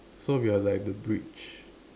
so we are like the bridge